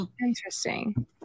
interesting